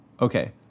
Okay